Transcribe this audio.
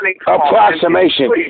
approximation